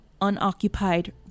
unoccupied